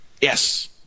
Yes